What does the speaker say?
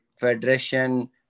federation